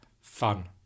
fun